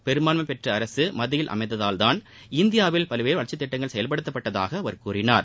பெரும்பான்மைப்பெற்ற அரசு மத்தியில் அமைந்ததால் தான் இந்தியாவில் பல்வேறு வளர்ச்சித் திட்டங்கள் செயல்படுத்தப்பட்டதாக அவர் கூறினார்